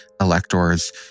electors